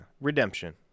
Redemption